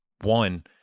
one